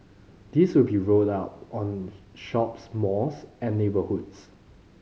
these will be rolled out on shops malls and neighbourhoods